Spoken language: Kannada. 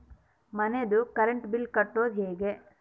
ಮನಿದು ಕರೆಂಟ್ ಬಿಲ್ ಕಟ್ಟೊದು ಹೇಗೆ?